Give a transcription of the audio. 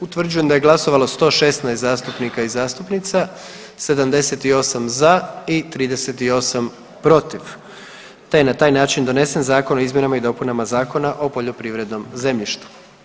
Utvrđujem da je glasovalo 116 zastupnika i zastupnica, 78 za i 38 protiv te je na taj način donesen Zakon o izmjenama i dopunama Zakona o poljoprivrednom zemljištu.